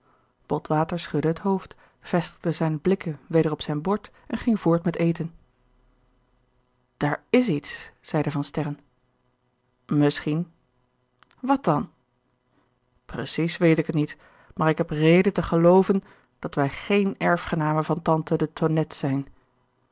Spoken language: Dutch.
botwater schudde het hoofd vestigde zijne blikken weder op zijn bord en ging voort met eten daar is iets zeide van sterren misschien wat dan precies weet ik het niet maar ik heb reden te gelooven dat wij geen erfgenamen van tante de tonnette zijn